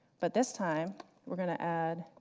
but this time we're going to add